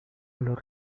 los